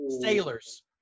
Sailors